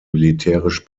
militärisch